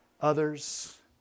others